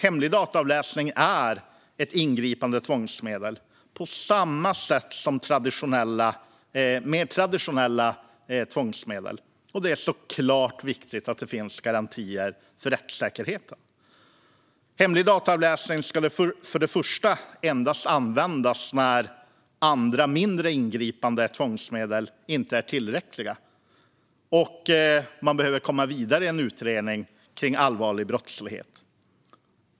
Hemlig dataavläsning är ett ingripande tvångsmedel på samma sätt som mer traditionella tvångsmedel, och det är såklart viktigt att det finns garantier för rättssäkerheten. Hemlig dataavläsning ska för det första endast användas när andra, mindre ingripande tvångsmedel inte är tillräckliga och man behöver komma vidare i en utredning om allvarlig brottslighet.